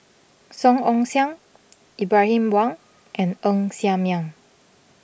Song Ong Siang Ibrahim Awang and Ng Ser Miang